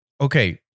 Okay